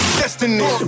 destiny